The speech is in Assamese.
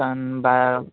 কাৰণ বাৰ